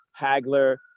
Hagler